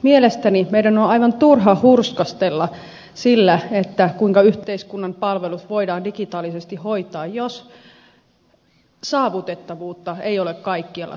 mielestäni meidän on aivan turha hurskastella sillä kuinka yhteiskunnan palvelut voidaan digitaalisesti hoitaa jos saavutettavuutta ei ole kaikkialla suomessa